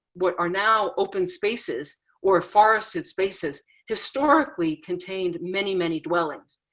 what are now open spaces or a forest had spaces historically contained many, many dwellings.